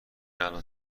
الان